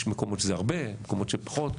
יש מקומות שזה הרבה, מקומות שפחות.